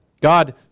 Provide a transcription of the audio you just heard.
God